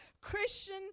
Christian